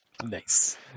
Nice